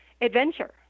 adventure